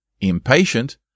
Impatient